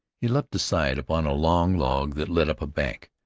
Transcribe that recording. he leaped aside upon a long log that led up a bank,